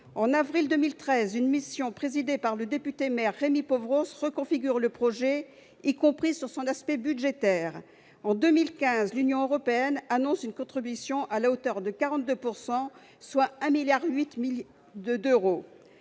En avril 2013, une mission présidée par le député-maire Rémi Pauvros reconfigure le projet, y compris sur son aspect budgétaire. En 2015, l'Union européenne annonce une contribution à hauteur de 42 %, soit 1,8 milliard d'euros.